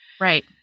Right